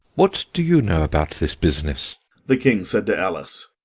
what do you know about this business the king said to alice.